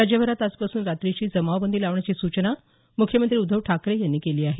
राज्यभरात आजपासून रात्रीची जमावबंदी लावण्याची सूचना मुख्यमंत्री उद्धव ठाकरे यांनी केली आहे